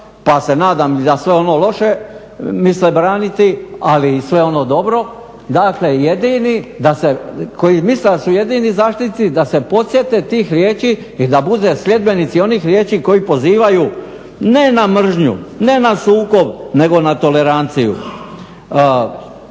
pa se nadam i za sve ono loše misle braniti ali i sve ono dobro, dakle, jedini koji misle da su jedini zaštitnici da se podsjete tih riječi i da bude sljedbenici onih riječi koji pozivaju ne na mržnju, ne na sukob nego na toleranciju.